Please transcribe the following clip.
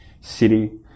city